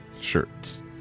shirts